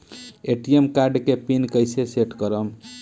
ATM card के PIN कैसे set करम?